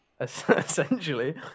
Essentially